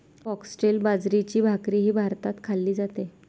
foxtail बाजरीची भाकरीही भारतात खाल्ली जाते